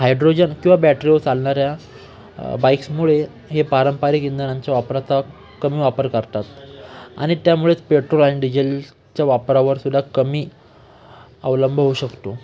hydrogen किंवा बॅटरीवर चालणाऱ्या बाईक्समुळे हे पारंपारिक इंधनांच्या वापराचा कमी वापर करतात आणि त्यामुळेच पेट्रोल आणि डिझेलच्या वापरावरसुद्धा कमी अवलंब होऊ शकतो